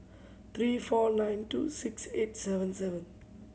three four nine two six eight seven seven